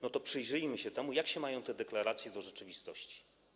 No to przyjrzyjmy się temu, jak się mają te deklaracje do rzeczywistości.